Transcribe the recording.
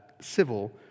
civil